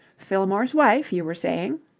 fillmore's wife, you were saying.